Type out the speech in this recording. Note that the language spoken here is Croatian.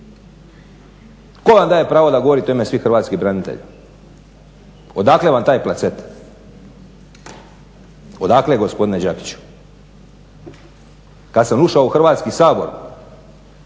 Tko vam daje pravo da govorite u ime svih hrvatskih branitelja? Odakle vam taj placet? Odakle gospodine Đakiću? Kada sam ušao u Hrvatski sabor